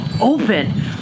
open